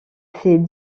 ces